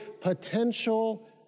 potential